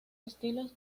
estilos